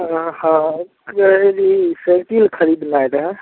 हँ हँ कहै री साइकल खरीदनाइ रहय